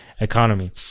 economy